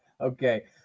Okay